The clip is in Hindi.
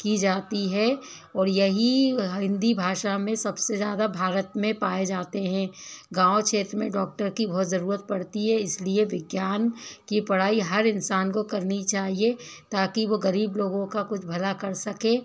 की जाती है और यही हिंदी भाषा में सबसे ज़्यादा भारत में पाए जाते हैं गाँव क्षेत्र में डॉक्टर की बहुत ज़रूरत पड़ती है इसलिए विज्ञान की ये पढ़ाई हर इंसान को करनी चाहिए ताकि वो गरीब लोगों का कुछ भला कर सके